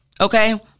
Okay